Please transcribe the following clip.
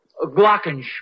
glockenspiel